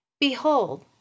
Behold